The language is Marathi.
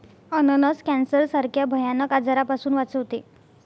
अननस कॅन्सर सारख्या भयानक आजारापासून वाचवते